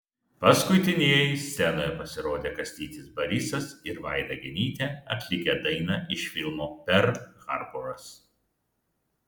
paskutinieji scenoje pasirodė kastytis barisas ir vaida genytė atlikę dainą iš filmo perl harboras